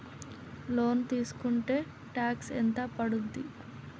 Loan తీస్కుంటే tax ఎంత పడ్తుంది?